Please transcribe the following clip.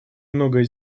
многое